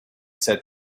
said